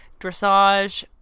dressage